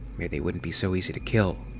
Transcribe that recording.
maybe they wouldn't be so easy to kill.